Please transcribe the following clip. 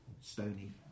stony